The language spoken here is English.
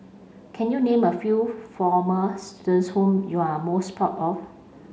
can you name a few former students whom you are most proud of